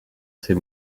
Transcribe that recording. ses